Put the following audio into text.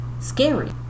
scary